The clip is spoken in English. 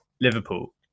Liverpool